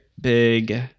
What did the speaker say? big